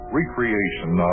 recreation